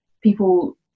people